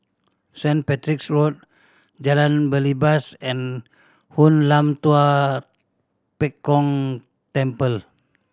Saint Patrick's Road Jalan Belibas and Hoon Lam Tua Pek Kong Temple